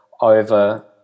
over